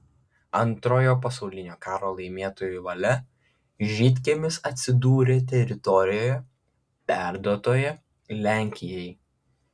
antrojo pasaulinio karo laimėtojų valia žydkiemis atsidūrė teritorijoje perduotoje lenkijai